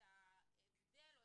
אם הממשלה היתה הולכת אתי היינו מקדמים